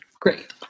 Great